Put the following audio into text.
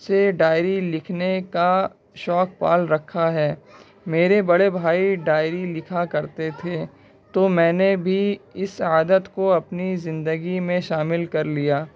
سے ڈائری لکھنے کا شوق پال رکھا ہے میرے بڑے بھائی ڈائری لکھا کرتے تھے تو میں نے بھی اس عادت کو اپنی زندگی میں شامل کر لیا